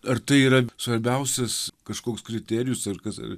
ar tai yra svarbiausias kažkoks kriterijus ar kas